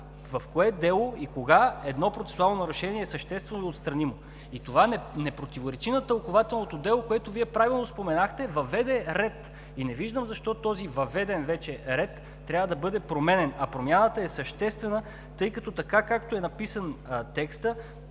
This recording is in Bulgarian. в кое дело едно процесуално нарушение е съществено отстранимо. И това не противоречи на тълкувателното дело, което Вие правилно споменахте, че въведе ред. Не виждам защо този въведен вече ред трябва да бъде променян, а промяната е съществена, тъй като така, както е написан текстът,